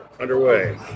underway